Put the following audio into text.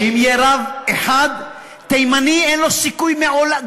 שאם יהיה רב אחד, תימני אין לו סיכוי לעולם.